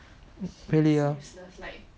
really ah